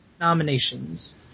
Nominations